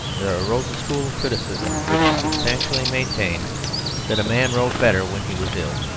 there arose a school of criticism which substantially maintained that a man wrote better when he was ill.